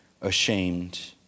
ashamed